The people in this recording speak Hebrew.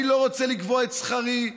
אני לא רוצה לקבוע את שכרי,